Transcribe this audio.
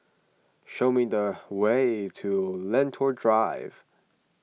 show me the way to Lentor Drive